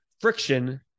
friction